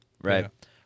Right